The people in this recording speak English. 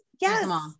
Yes